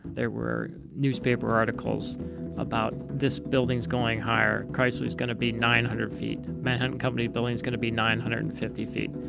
there were newspaper articles about this building is going higher. chrysler is going to be nine hundred feet, manhattan company building is going to be nine hundred and fifty feet.